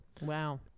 Wow